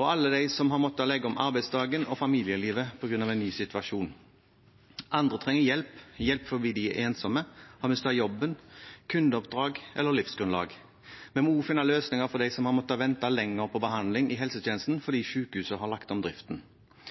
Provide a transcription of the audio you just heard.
og alle de som har måttet legge om arbeidsdagen og familielivet på grunn av en ny situasjon. Andre trenger hjelp – hjelp fordi de er ensomme, eller fordi de har mistet jobben, kundeoppdrag eller livsgrunnlaget. Men vi må også finne løsninger for dem som har måttet vente lenger på behandling i helsetjenesten fordi sykehuset har lagt om driften.